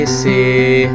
see